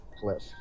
cliff